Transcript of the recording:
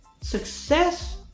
success